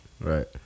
Right